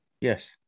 Yes